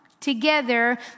together